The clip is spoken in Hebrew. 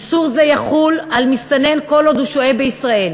איסור זה יחול על מסתנן כל עוד הוא שוהה בישראל.